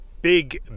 big